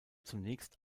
zunächst